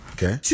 Okay